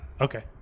Okay